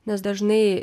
nes dažnai